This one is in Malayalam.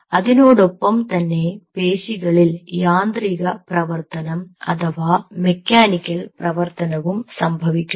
അതിനോടൊപ്പം തന്നെ പേശികളിൽ യാന്ത്രിക പ്രവർത്തനം അഥവാ മെക്കാനിക്കൽ പ്രവർത്തനവും സംഭവിക്കുന്നു